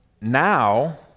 now